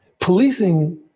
policing